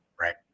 Right